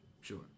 Sure